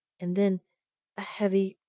and then a heavy,